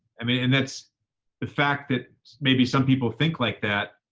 i mean, and that's the fact that maybe some people think like that